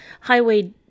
highway